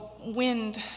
wind